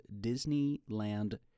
Disneyland